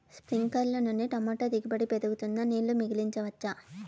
స్ప్రింక్లర్లు నుండి టమోటా దిగుబడి పెరుగుతుందా? నీళ్లు మిగిలించవచ్చా?